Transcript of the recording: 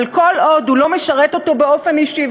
אבל כל עוד הוא לא משרת אותו באופן אישי,